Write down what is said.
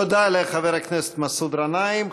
תודה לחבר הכנסת מסעוד גנאים.